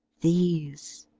these!